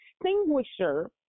extinguisher